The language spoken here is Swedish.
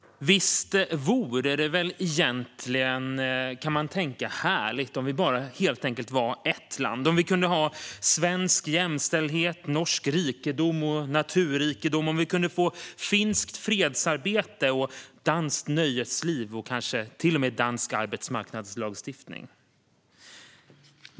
Visst vore det väl egentligen härligt om vi helt enkelt var ett land och kunde ha svensk jämställdhet, norsk rikedom och naturrikedom, finskt fredsarbete och danskt nöjesliv och kanske till och med dansk arbetsmarknadslagstiftning i ett!